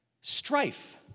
Strife